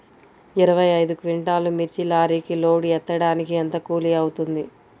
ఇరవై ఐదు క్వింటాల్లు మిర్చి లారీకి లోడ్ ఎత్తడానికి ఎంత కూలి అవుతుంది?